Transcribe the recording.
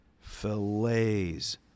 fillets